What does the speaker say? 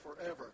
forever